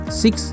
six